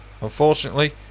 unfortunately